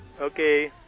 Okay